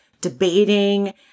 debating